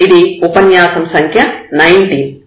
ఇది ఉపన్యాసం సంఖ్య 19